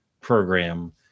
program